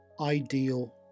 ideal